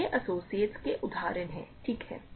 तो ये एसोसिएट्स के उदाहरण हैं ठीक है